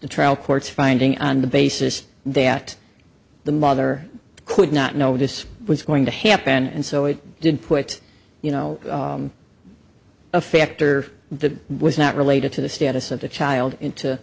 the trial court's finding on the basis that the mother could not know this was going to happen and so it did put you know a factor that was not related to the status of the child into